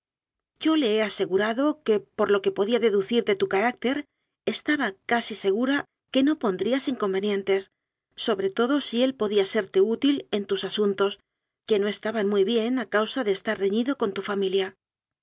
yo le he asegurado que por lo que podía deducir de tu carácter estaba casi segura que no pondrías inconvenientes sobre todo si él podía serte útil en tus asuntos que no estaban muy bien a causa de estar reñido con tu familia